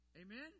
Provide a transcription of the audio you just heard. Amen